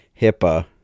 HIPAA